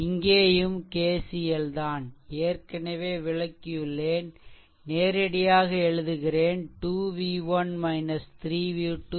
இங்கேயும் KCL தான் ஏற்கனவே விளக்கியுள்ளேன்நேரடியாக எழுதுகிறேன் 2 v1 3 v2 26